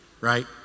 right